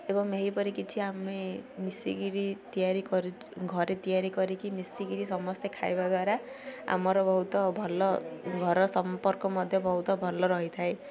ଏବଂ ଏହିପରି କିଛି ଆମେ ମିଶି କରି ତିଆରି ଘରେ ତିଆରି କରିକି ମିଶି କରି ସମସ୍ତେ ଖାଇବା ଦ୍ୱାରା ଆମର ବହୁତ ଭଲ ଘର ସମ୍ପର୍କ ମଧ୍ୟ ବହୁତ ଭଲ ରହିଥାଏ